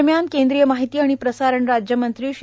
दरम्यान केंद्रीय माहिती आणि प्रसारण राज्यमंत्री श्री